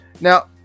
Now